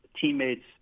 teammates